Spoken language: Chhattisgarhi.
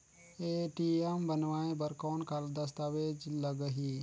ए.टी.एम बनवाय बर कौन का दस्तावेज लगही?